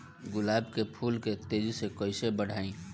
गुलाब के फूल के तेजी से कइसे बढ़ाई?